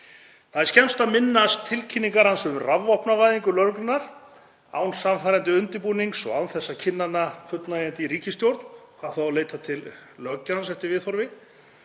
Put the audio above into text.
Það er skemmst að minnast tilkynningar hans um rafvopnavæðingu lögreglunnar, án sannfærandi undirbúnings og án þess að kynna hana á fullnægjandi hátt í ríkisstjórn, hvað þá að leita til löggjafans eftir viðhorfi.